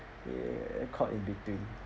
err caught in between